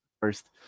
First